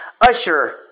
usher